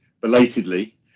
belatedly